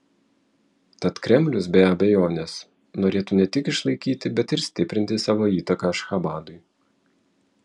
tad kremlius be abejonės norėtų ne tik išlaikyti bet ir stiprinti savo įtaką ašchabadui